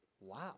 Wow